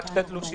רק שני תלושים.